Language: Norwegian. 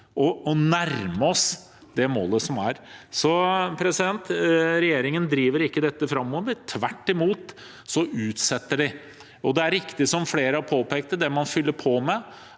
å nærme oss det målet som er. Regjeringen driver ikke dette framover. Tvert imot – de utsetter. Det er riktig som flere har påpekt: Det man fyller på med,